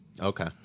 Okay